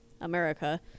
America